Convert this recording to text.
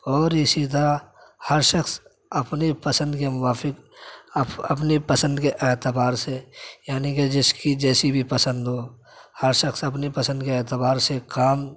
اور اسی طرح ہر شخص اپنی پسند کے موافق اپنی پسند کے اعتبار سے یعنی کی جس کی جیسی بھی پسند ہو ہر شخص اپنے پسند کے اعتبار سے کام